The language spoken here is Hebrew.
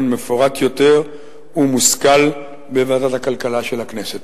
מפורט יותר ומושכל בוועדת הכלכלה של הכנסת.